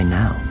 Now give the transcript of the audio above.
now